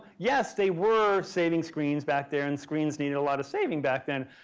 yes, they were saving screens back there and screens needed a lot of saving back then,